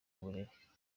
uburere